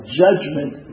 judgment